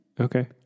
Okay